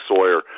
Sawyer